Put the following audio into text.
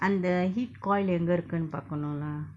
அந்த:andtha heat coil எங்க இருக்குனு பாக்கனு:enga irukkunu pakanu lah